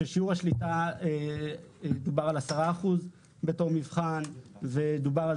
ששיעור השליטה דובר על 10 אחוזים כמבחן ודובר על